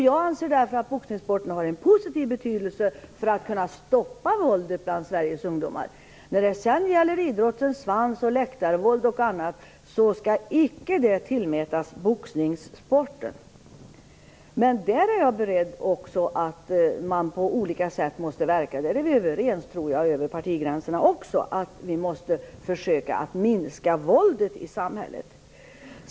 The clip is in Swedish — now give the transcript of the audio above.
Jag anser därför att boxningssporten är av positiv betydelse när det gäller att kunna stoppa våldet bland Sverige ungdomar. Idrottens svans och läktarvåld och annat skall inte tillskrivas boxningssporten. Men där är jag också beredd på att man på olika sätt måste verka. Också där är vi, tror jag, överens över partigränserna. Vi måste försöka minska våldet i samhället.